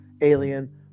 alien